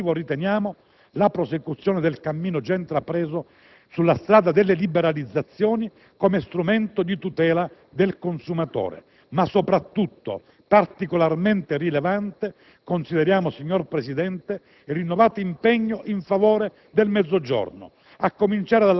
Così come positivo riteniamo la prosecuzione del cammino già intrapreso sulla strada delle liberalizzazioni come strumento di tutela del consumatore. Ma, soprattutto, particolarmente rilevante consideriamo il rinnovato impegno in favore del Mezzogiorno,